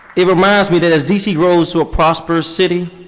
it reminds me that as dc grows to a prosperous city,